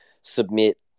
submit